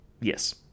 Yes